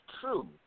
true